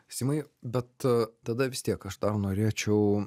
simai bet tada vis tiek aš tau norėčiau